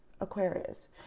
Aquarius